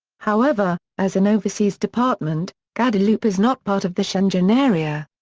however, as an overseas department, guadeloupe is not part of the schengen area.